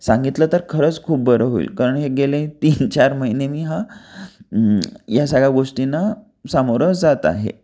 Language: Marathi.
सांगितलं तर खरंच खूप बरं होईल कारण हे गेले तीन चार महिने मी हा या सगळ्या गोष्टींना सामोरं जात आहे